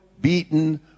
beaten